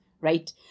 right